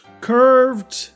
curved